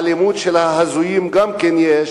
אלימות של ההזויים גם כן יש,